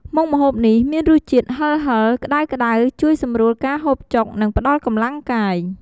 មុខម្ហូបនេះមានរសជាតិហឹរៗ ក្ដៅៗ ជួយសម្រួលការហូបចុក និងផ្តល់កម្លាំងកាយ។